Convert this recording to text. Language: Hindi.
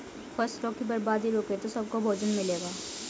फसलों की बर्बादी रुके तो सबको भोजन मिलेगा